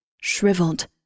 shriveled